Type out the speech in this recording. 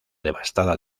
devastada